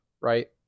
right